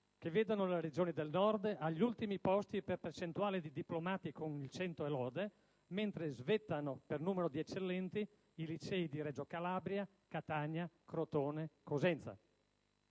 che vedono le Regioni del Nord agli ultimi posti per percentuale di diplomati con il 100 e lode, mentre svettano per numero di eccellenti i licei di Reggio Calabria, Catania, Crotone, Cosenza.